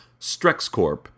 StrexCorp